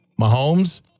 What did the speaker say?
Mahomes